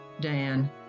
Dan